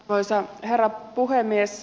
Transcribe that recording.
arvoisa herra puhemies